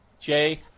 Jay